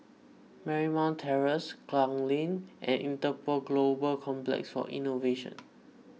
Marymount Terrace Klang Lane and Interpol Global Complex for Innovation